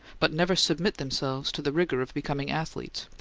but never submit themselves to the rigour of becoming athletes,